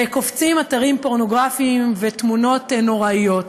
וקופצים אתרים פורנוגרפיים ותמונות נוראות.